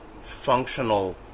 functional